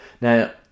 Now